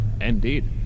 Indeed